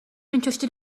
interested